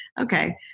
okay